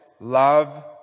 Love